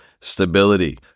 stability